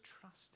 trust